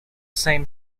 same